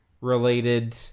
related